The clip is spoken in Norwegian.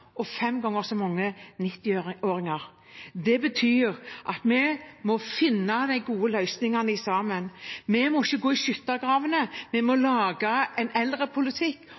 og fem ganger så mange 90-åringer. Det betyr at vi må finne de gode løsningene sammen. Vi må ikke gå i skyttergravene. Vi må lage en